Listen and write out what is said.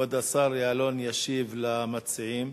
כבוד השר יעלון ישיב למציעים.